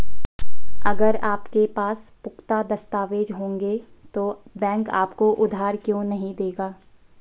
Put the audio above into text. अगर आपके पास पुख्ता दस्तावेज़ होंगे तो बैंक आपको उधार क्यों नहीं देगा?